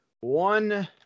one